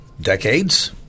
decades